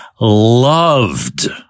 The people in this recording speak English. loved